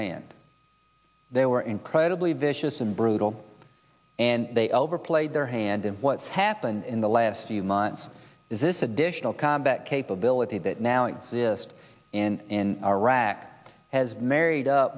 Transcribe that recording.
hand they were incredibly vicious and brutal and they overplayed their hand and what's happened in the last few months is this additional combat capability that now exist in iraq has married up